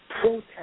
protest